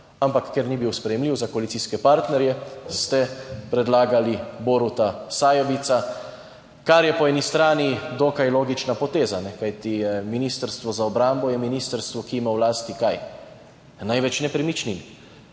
Ampak ker ni bil sprejemljiv za koalicijske partnerje ste predlagali Boruta Sajovica. Kar je po eni strani dokaj logična poteza, kajti Ministrstvo za obrambo je ministrstvo, ki ima v lasti kaj? Največ nepremičnin.